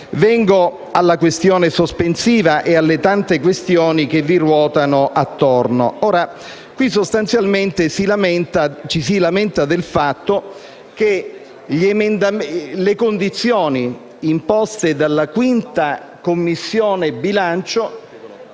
Vengo alla questione sospensiva e alle tante questioni che vi ruotano attorno. In questo caso sostanzialmente ci si lamenta del fatto che le condizioni imposte dalla 5a Commissione, ai